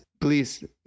please